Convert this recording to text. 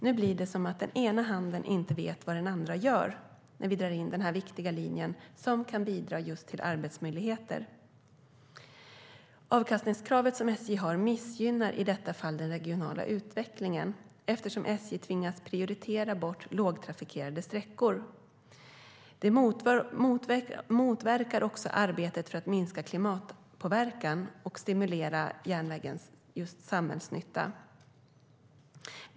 Nu blir det som att den ena handen inte vet vad den andra gör när vi drar in denna viktiga linje som kan bidra just till arbetsmöjligheter. Det avkastningskrav som SJ har missgynnar i detta fall den regionala utvecklingen eftersom SJ tvingas prioritera bort lågtrafikerade sträckor. Det motverkar också arbetet för att minska klimatpåverkan och stimulera järnvägens samhällsnytta.